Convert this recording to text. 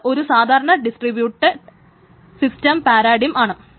അത് ഒരു സാധാരണ ഡിസ്ട്രിബ്യൂട്ട് സിസ്റ്റം പാരഡിം ആണ്